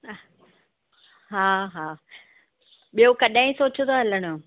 हा हा ॿियो कॾहिं सोचियो अथव हलण जो